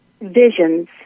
visions